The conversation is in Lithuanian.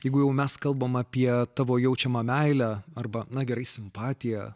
jeigu jau mes kalbame apie tavo jaučiamą meilę arba na gerai simpatiją